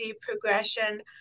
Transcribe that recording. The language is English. progression